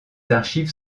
archives